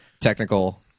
technical